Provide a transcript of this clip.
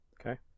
Okay